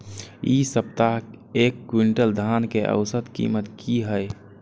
इ सप्ताह एक क्विंटल धान के औसत कीमत की हय?